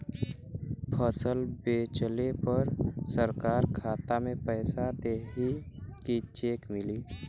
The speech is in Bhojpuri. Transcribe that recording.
फसल बेंचले पर सरकार खाता में पैसा देही की चेक मिली?